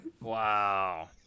Wow